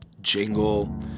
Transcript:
jingle